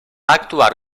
actuar